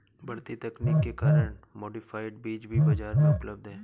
बढ़ती तकनीक के कारण मॉडिफाइड बीज भी बाजार में उपलब्ध है